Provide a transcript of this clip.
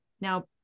Now